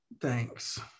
thanks